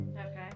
Okay